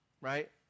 Right